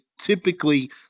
typically